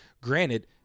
Granted